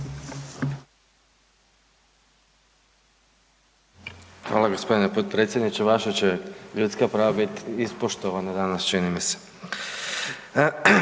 Hvala g. potpredsjedniče, vaša će ljudska prava biti ispoštovana danas čini mi se.